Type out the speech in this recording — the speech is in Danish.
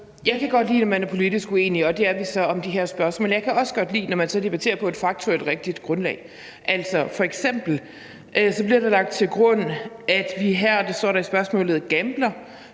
Jeg kan godt lide, når man er politisk uenige, og det er vi så om de her spørgsmål. Jeg kan også godt lide, når man så debatterer på et faktuelt rigtigt grundlag. F.eks. bliver der lagt til grund, at vi her, og det står der i spørgsmålet, gambler